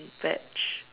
veg